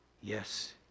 yes